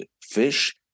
fish